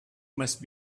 must